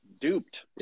duped